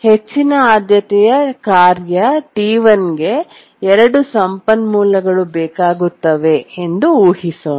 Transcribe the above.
ಹೆಚ್ಚಿನ ಆದ್ಯತೆಯ ಕಾರ್ಯ T1 ಗೆ ಎರಡು ಸಂಪನ್ಮೂಲಗಳು ಬೇಕಾಗುತ್ತವೆ ಎಂದು ಊಹಿಸೋಣ